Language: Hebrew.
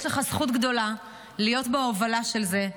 יש לך זכות גדולה להיות בהובלה של זה,